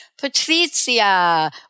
Patricia